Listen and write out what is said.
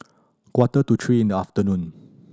quarter to three in the afternoon